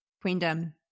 Queendom